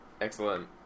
Excellent